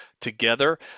together